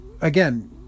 again